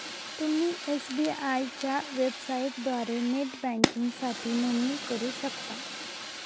तुम्ही एस.बी.आय च्या वेबसाइटद्वारे नेट बँकिंगसाठी नोंदणी करू शकता